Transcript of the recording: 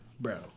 Bro